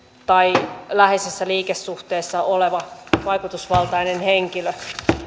tai läheisessä liikesuhteessa oleva vaikutusvaltainen henkilö